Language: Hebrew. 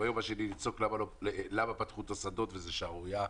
וביום השני לצעוק למה פתחו את השדות וזה שערורייה.